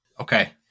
Okay